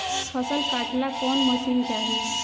फसल काटेला कौन मशीन चाही?